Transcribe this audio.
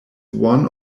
one